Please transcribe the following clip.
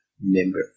member